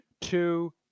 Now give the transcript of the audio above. Two